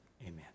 amen